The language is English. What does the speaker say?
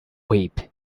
whip